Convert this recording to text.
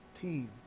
team